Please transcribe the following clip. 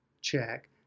Check